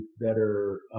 better